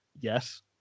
Yes